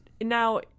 Now